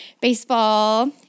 baseball